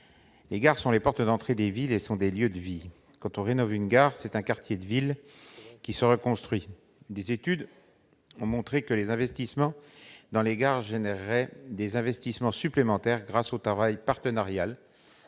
dernières sont les portes d'entrée des villes et sont des lieux de vie. Quand on rénove une gare, c'est un quartier de ville qui se reconstruit. Des études ont montré que les investissements dans les gares créeraient des investissements supplémentaires grâce au travail partenarial